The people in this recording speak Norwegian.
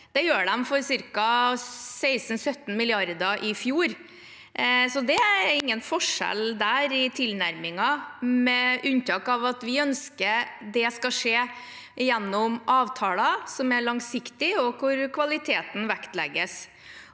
Det gjorde de for ca. 16–17 mrd. kr i fjor. Så der er det ingen forskjell i tilnærmingen, med unntak av at vi ønsker at det skal skje gjennom avtaler som er langsiktige, og der kvaliteten vektlegges.